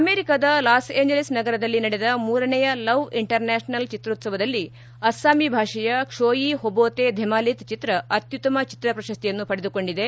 ಅಮೆರಿಕಾದ ಲಾಸ್ಏಂಜಲಿಸ್ ನಗರದಲ್ಲಿ ನಡೆದ ಮೂರನೆಯ ಲವ್ ಇಂಟರ್ನ್ವಾಷನಲ್ ಚಿತ್ರೋತ್ಸವದಲ್ಲಿ ಅಸ್ಲಾಮಿ ಭಾಷೆಯ ಕ್ಷೋಯಿ ಹೋಬೋತೆ ಧೆಮಾಲಿತ್ ಚಿತ್ರ ಅತ್ಯುತ್ತಮ ಚಿತ್ರ ಪ್ರಶಸ್ತಿಯನ್ನು ಪಡೆದುಕೊಂಡಿದೆ